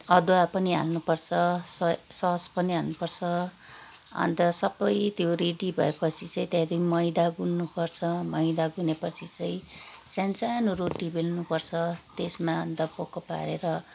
अदुवा पनि हाल्नुपर्छ सोया सस पनि हाल्नुपर्छ अन्त सबै त्यो रेडी भएपछि चाहिँ त्यहाँदेखि मैदा गुन्नुपर्छ मैदा गुनेपछि चाहिँ सानो सानो रोटी बेल्नुपर्छ त्यसमा अन्त पोको पारेर